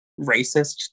racist